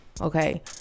Okay